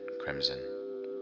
crimson